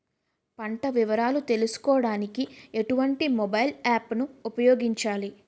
పంట వివరాలు తెలుసుకోడానికి ఎటువంటి మొబైల్ యాప్ ను ఉపయోగించాలి?